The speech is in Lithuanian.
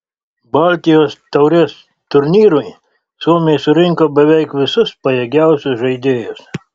baltijos taurės turnyrui suomiai surinko beveik visus pajėgiausius žaidėjus